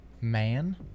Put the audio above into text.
Man